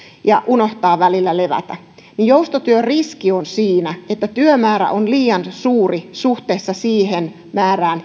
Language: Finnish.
ja unohtaa välillä levätä joustotyön riski on siinä että työmäärä on liian suuri suhteessa siihen määrään